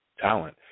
talent